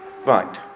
Right